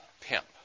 pimp